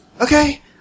Okay